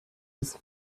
des